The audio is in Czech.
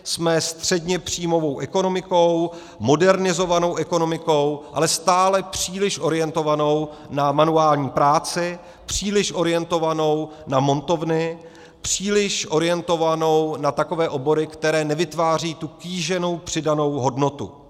Jsme středněpříjmovou ekonomikou, modernizovanou ekonomikou, ale stále příliš orientovanou na manuální práci, příliš orientovanou na montovny, příliš orientovanou na takové obory, které nevytvářejí tu kýženou přidanou hodnotu.